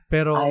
Pero